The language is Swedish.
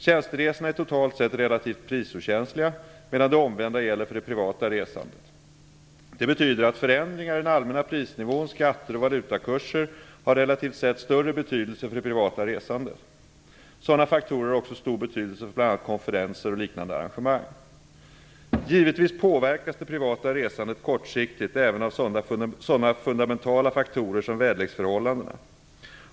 Tjänsteresorna är totalt sett relativt prisokänsliga, medan det omvända gäller för det privata resandet. Det betyder att förändringar i den allmänna prisnivån, skatter och valutakurser har relativt sett större betydelse för det privata resandet. Sådana faktorer har också stor betydelse för bl.a. konferenser och liknande arrangemang. Givetvis påverkas det privata resandet kortsiktigt även av sådana fundamentala faktorer som väderleksförhållandena.